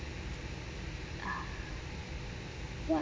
ah what